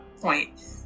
point